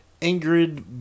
Ingrid